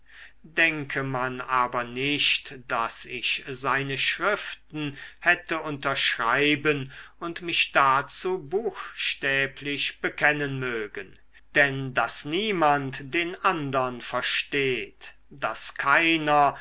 denke man aber nicht daß ich seine schriften hätte unterschreiben und mich dazu buchstäblich bekennen mögen denn daß niemand den andern versteht daß keiner